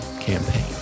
campaign